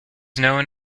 known